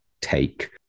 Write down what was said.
take